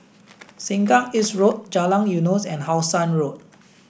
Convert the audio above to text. Sengkang East Road Jalan Eunos and How Sun Road